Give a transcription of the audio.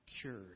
cured